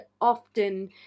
often